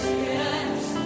yes